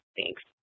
Thanks